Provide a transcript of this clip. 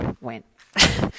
went